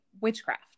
witchcraft